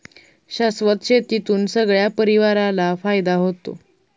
शाश्वत शेतीतून सगळ्या परिवाराला फायदा होतो